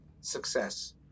success